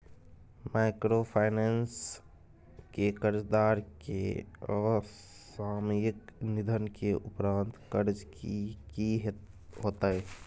Microfinance के कर्जदार के असामयिक निधन के उपरांत कर्ज के की होतै?